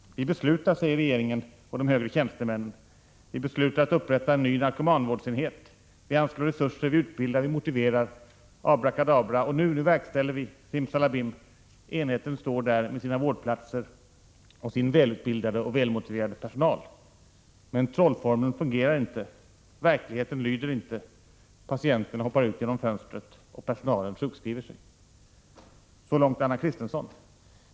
Vi beslutar, säger regeringen och de högre tjänstemännen. Vi beslutar om upprättandet av en ny narkomanvårdsenhet med 10 platser och 20,5 personal. Vi anslår resurser, vi utbildar, vi motiverar — abrakadabra — och nu, nu verkställer vi och simsalabim — enheten står där med sina vårdplatser och sin välutbildade och välmotiverade personal. Men trollformeln fungerar inte. Verkligheten lyder inte. Patienterna hoppar ut genom fönstret och personalen sjukskriver sig.” Så långt Anna Christensen.